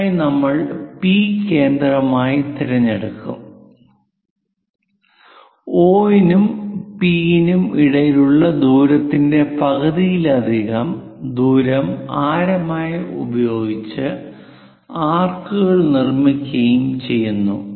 അതിനായി നമ്മൾ പി കേന്ദ്രമായി തിരഞ്ഞെടുക്കുകയും O നും P നും ഇടയിലുള്ള ദൂരത്തിന്റെ പകുതിയിലധികം ദൂരം ആരം ആയി ഉപയോഗിച്ച് ആർക്കുകൾ നിർമ്മിക്കുകയും ചെയ്യുന്നു